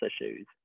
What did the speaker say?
issues